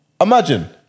Imagine